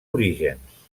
orígens